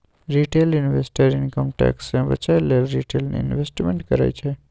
retail investor income tax सँ बचय लेल रिटेल इंवेस्टमेंट करय छै